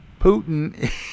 Putin